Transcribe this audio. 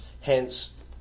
Hence